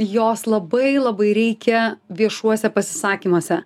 jos labai labai reikia viešuose pasisakymuose